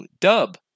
dub